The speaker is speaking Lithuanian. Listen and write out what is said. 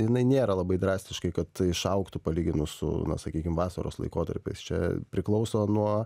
jinai nėra labai drastiškai kad išaugtų palyginus su na sakykim vasaros laikotarpiais čia priklauso nuo